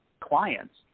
clients